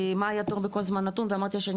מה היה התור בכל זמן נתון ואמרתי שאני